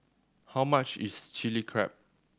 how much is Chilli Crab